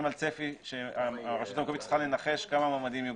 על צפי שהרשות המקומית צריכה לנחש כמה מועמדים יוגשו,